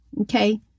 Okay